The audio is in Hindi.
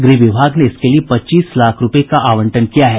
गृह विभाग ने इसके लिये पच्चीस लाख रूपये का आवंटन किया है